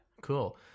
Cool